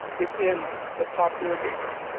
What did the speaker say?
it's in the popular media.